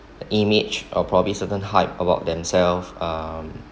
image or probably certain hype about themselves um